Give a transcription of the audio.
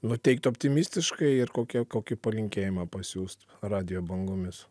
nuteikt optimistiškai ir kokia kokį palinkėjimą pasiųst radijo bangomis